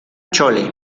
chole